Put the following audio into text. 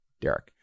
Derek